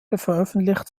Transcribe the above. veröffentlicht